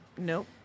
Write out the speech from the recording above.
Nope